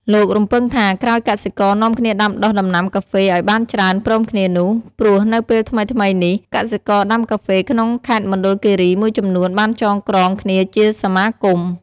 លោករំពឹងថា ក្រោយកសិករនាំគ្នាដាំដុះដំណាំការហ្វេឲ្យបានច្រើនព្រមគ្នានោះ ព្រោះនៅពេលថ្មីៗនេះ កសិករដាំការហ្វេក្នុងខេត្តមណ្ឌលគិរីមួយចំនួនបានចងក្រងគ្នាជាសមាគម។